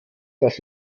dass